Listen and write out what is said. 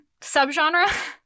subgenre